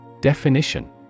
Definition